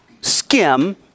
skim